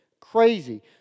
Crazy